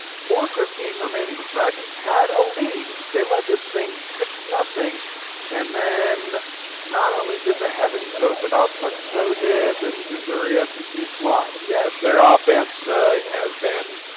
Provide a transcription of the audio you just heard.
four fifteen remaining. the dragons had a lead. they led this thing six zero and then not only did the heavens open up but so did this missouri s and t squad. yes, their ah offense has been